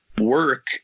work